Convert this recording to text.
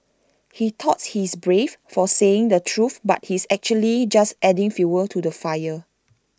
he thought he's brave for saying the truth but he's actually just adding fuel to the fire